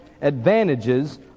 advantages